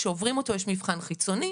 כשעוברים אותו יש מבחן חיצוני.